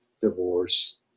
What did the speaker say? divorce